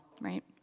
right